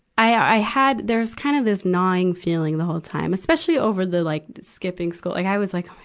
i, i had, there's kind of this gnawing feeling the whole time, especially over the like skipping school. like i was like,